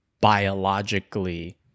biologically